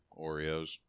Oreos